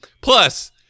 Plus